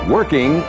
Working